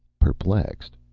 perplexed?